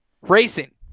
Racing